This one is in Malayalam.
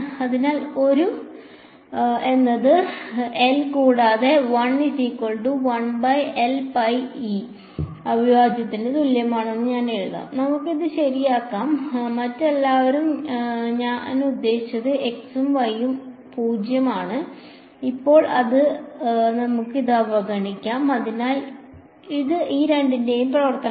അതിനാൽ 1 എന്നത് L കൂടാതെ അവിഭാജ്യത്തിന് തുല്യമാണെന്ന് ഞാൻ എഴുതാം നമുക്ക് ഇത് ശരിയാക്കാം മറ്റെല്ലാവരും ഞാൻ ഉദ്ദേശിച്ചത് x ഉം y ഉം 0 ആണ് ഇപ്പോൾ നമുക്ക് ഇത് അവഗണിക്കാം അതിനാൽ ഇത് ഈ രണ്ടിന്റെയും പ്രവർത്തനമാണ്